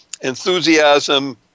enthusiasm